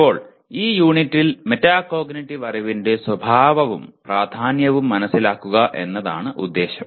ഇപ്പോൾ ഈ യൂണിറ്റിൽ മെറ്റാകോഗ്നിറ്റീവ് അറിവിന്റെ സ്വഭാവവും പ്രാധാന്യവും മനസിലാക്കുക എന്നതാണ് ഉദ്ദേശം